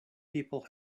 people